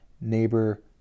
neighbor